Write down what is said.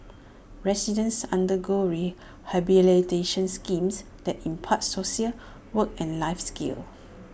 residents undergo rehabilitations schemes that impart social work and life skills